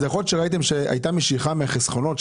יכול להיות שראיתם שהייתה משיכה של מזומן מן החסכונות.